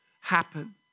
happen